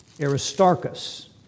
Aristarchus